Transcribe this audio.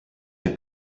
your